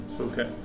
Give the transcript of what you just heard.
Okay